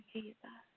Jesus